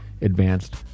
Advanced